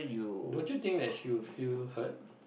don't you think that she'll feel hurt